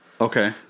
okay